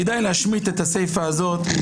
כדאי להשמיט את הסיפא הזאת של סעיף 15(ג).